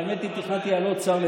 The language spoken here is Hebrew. האמת היא שתכננתי לדבר על עוד שר.